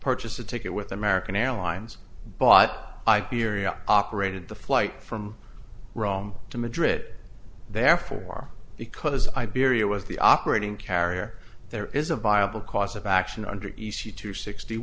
purchased a ticket with american airlines but i bierria operated the flight from rome to madrid therefore because iberia was the operating carrier there is a viable cause of action under the e c to sixty